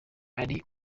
ari